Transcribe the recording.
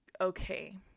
okay